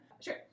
Sure